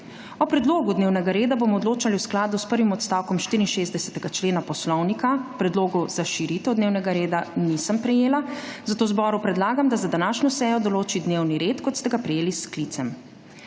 O predlogu dnevnega red bomo odločali v skladu s prvim odstavkom 64. člena Poslovnika. Predlogov za širitev dnevnega reda nisem prejela, zato zboru predlagam, da za današnjo sejo določi dnevni red, kot ste ga prejeli s sklicem.